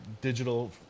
digital